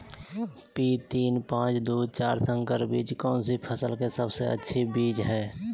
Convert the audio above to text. P तीन पांच दू चार संकर बीज कौन सी फसल का सबसे अच्छी बीज है?